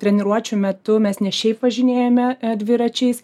treniruočių metu mes ne šiaip važinėjame dviračiais